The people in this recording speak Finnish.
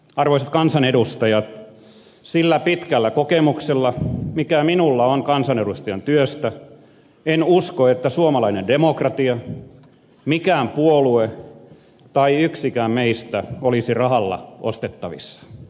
arvoisat kansanedustajat sillä pitkällä kokemuksella mikä minulla on kansanedustajan työstä en usko että suomalainen demokratia mikään puolue tai yksikään meistä olisi rahalla ostettavissa